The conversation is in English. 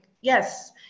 yes